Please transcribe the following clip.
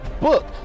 book